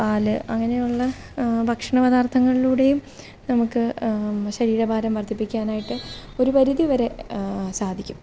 പാല് അങ്ങനെയുള്ള ഭക്ഷണപദാർഥങ്ങളിലൂടെയും നമുക്ക് ശരീരഭാരം വർദ്ധിപ്പിക്കാനായിട്ട് ഒരു പരിധി വരെ സാധിക്കും